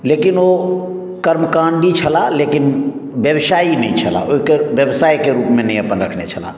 लेकिन ओ कर्मकाण्डी छलाह लेकिन व्यवसायी नहि छलाह ओहि के व्यवसाय के रूप मे नहि अपन रखने छलाह